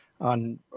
on